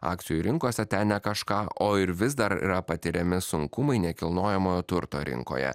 akcijų rinkose ten ne kažką o ir vis dar yra patiriami sunkumai nekilnojamojo turto rinkoje